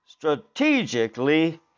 Strategically